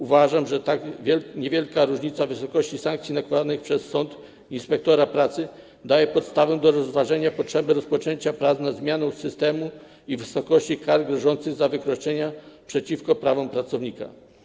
Uważam, że tak niewielka różnica wysokości sankcji nakładanych przez sąd i inspektora pracy daje podstawę do rozważenia potrzeby rozpoczęcia prac nad zmianą systemu i wysokości kar grożących za wykroczenia przeciwko prawom pracownika.